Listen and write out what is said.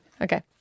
Okay